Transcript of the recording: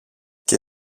και